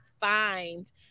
find